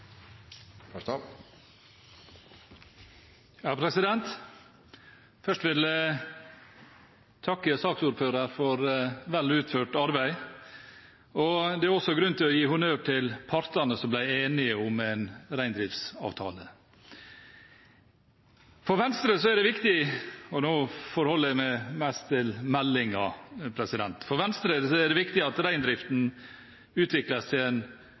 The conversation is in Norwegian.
Først vil jeg takke saksordføreren for vel utført arbeid. Det er også grunn til å gi honnør til partene som ble enige om en reindriftsavtale. For Venstre er det viktig – og nå forholder jeg meg mest til meldingen – at reindriften utvikles til en markedsorientert næring. Den må være kunnskapsbasert og lønnsom. Det er behov for at